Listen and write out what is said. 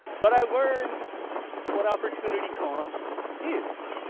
but i learned what opportunity cost is,